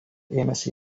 ėmėsi